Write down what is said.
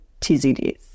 TZDs